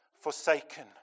forsaken